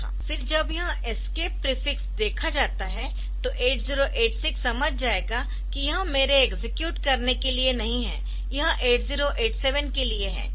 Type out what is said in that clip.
फिर जब यह एस्केप प्रीफिक्स देखा जाता है तो 8086 समझ जाएगा कि यह मेरे एक्सेक्यूट करने के लिए नहीं है यह 8087 के लिए है